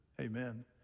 Amen